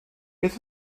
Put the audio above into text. beth